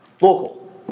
Local